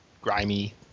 grimy